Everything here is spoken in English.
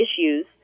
issues